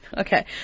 Okay